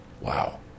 Wow